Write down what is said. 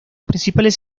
principales